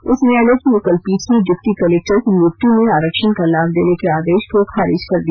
उच्च न्यायालय की एकल पीठ ने डिप्टी कलेक्टर की नियुक्ति में आरक्षण का लाभ देने के आदेश को खारिज कर दिया